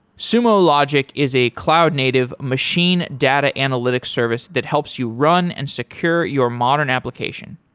sumo logic is a cloud native machine data analytics service that helps you run and secure your modern application.